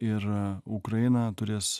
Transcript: ir ukraina turės